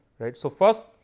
so, first,